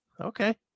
Okay